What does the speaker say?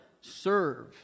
serve